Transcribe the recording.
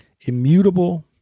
immutable